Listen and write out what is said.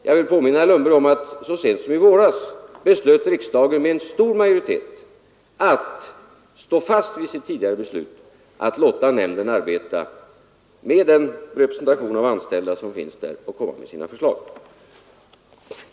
Jag vill påminna herr Lundberg om att riksdagen så sent som i våras med stor majoritet beslöt att stå fast vid sitt tidigare beslut att låta nämnden arbeta med den representation av anställda som där finns och sedan komma med förslag.